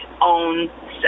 own